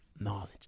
Knowledge